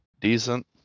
decent